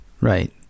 right